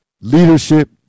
Leadership